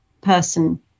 person